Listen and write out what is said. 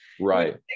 right